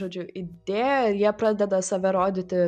žodžiu idėją ir jie pradeda save rodyti